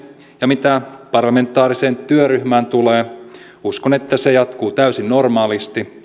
ja mitä parlamentaariseen työryhmään tulee uskon että se jatkuu täysin normaalisti